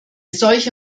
solche